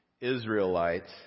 Israelites